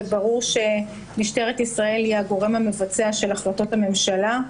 וברור שמשטרת ישראל היא הגורם המבצע של החלטות הממשלה.